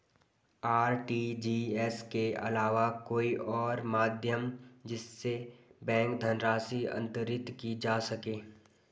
RTGS के अलावा कोई और माध्यम जिससे बैंक धनराशि अंतरित की जा सके?